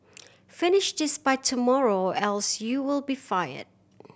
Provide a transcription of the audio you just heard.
finish this by tomorrow else you will be fired